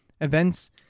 events